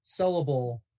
sellable